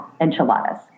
enchiladas